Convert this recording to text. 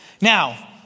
Now